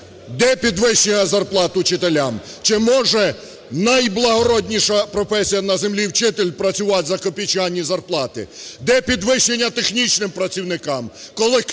Де підвищення зарплат учителям? Чи може найблагородніша професія на землі – вчитель працювати за копійчані зарплати? Де підвищення технічним працівникам, колективу